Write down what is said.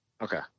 Okay